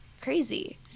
crazy